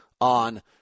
on